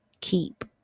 keep